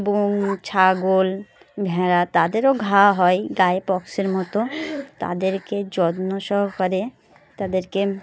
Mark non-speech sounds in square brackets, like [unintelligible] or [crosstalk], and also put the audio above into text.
[unintelligible] ছাগল ভেড়া তাদেরও ঘা হয় গায়ে পক্সের মতো তাদেরকে যত্ন সহকারে তাদেরকে